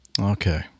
okay